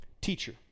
Teacher